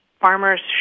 farmers